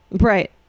Right